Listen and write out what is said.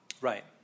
Right